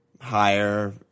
higher